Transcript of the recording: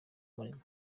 umurimo